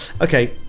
Okay